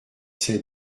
sept